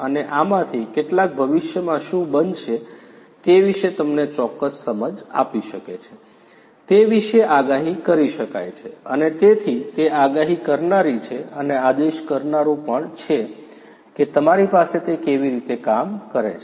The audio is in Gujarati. અને આમાંથી કેટલાક ભવિષ્યમાં શું બનશે તે વિશે તમને ચોક્કસ સમજ આપી શકે છે તે વિશે આગાહી કરી શકાય છે અને તેથી તે આગાહી કરનારી છે અને આદેશ કરનારું પણ છે કે તમારી પાસે તે કેવી રીતે કામ કરે છે